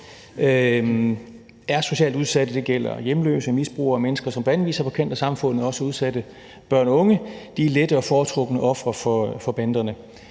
er socialt udsatte – det gælder hjemløse, misbrugere og mennesker, som på anden vis er på kant af samfundet, og også udsatte børn og unge – lette og foretrukne ofre for banderne.